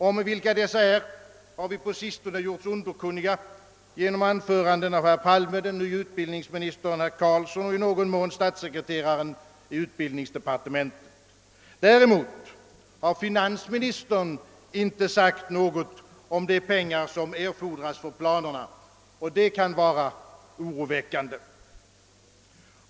Om vilka dessa är har vi på sistone gjorts underkunniga genom anföranden av herr Palme, den nye utbildningsministern herr Carlsson och i någon mån statssekreteraren i utbildningsdepartementet. Däremot har finansministern inte sagt något om de pengar som erfordras för planernas genomförande, och det kan vara oroväckande.